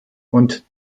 und